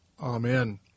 Amen